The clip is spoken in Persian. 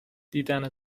دیدن